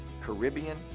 Caribbean